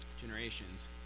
generations